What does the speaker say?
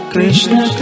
Krishna